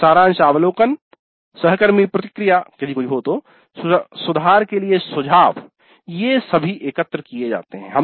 फिर सारांश अवलोकन सहकर्मी प्रतिक्रिया यदि कोई हो सुधार के लिए सुझाव ये सभी एकत्र किए जाते हैं